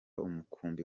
umukumbi